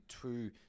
two